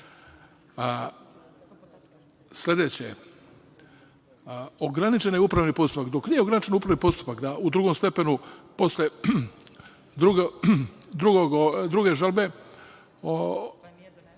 ograničen je upravni postupak, dok nije ograničen upravni postupak da u drugom stepenu, posle druge žalbe,